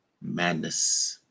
Madness